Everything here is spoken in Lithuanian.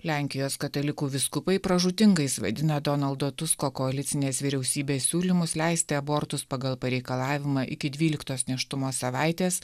lenkijos katalikų vyskupai pražūtingais vadina donaldo tusko koalicinės vyriausybės siūlymus leisti abortus pagal pareikalavimą iki dvyliktos nėštumo savaitės